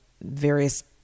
various